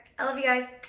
i love you guys.